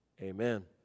amen